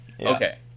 okay